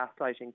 gaslighting